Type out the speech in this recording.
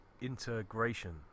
integration